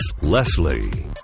Leslie